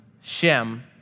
Shem